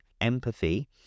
empathy